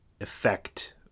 effect